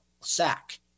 sack